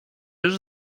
już